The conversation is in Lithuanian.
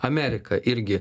amerika irgi